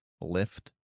lift